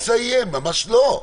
ממש לא.